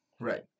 right